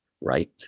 right